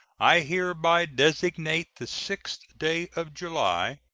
i hereby designate the sixth day of july,